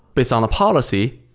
based on the policy,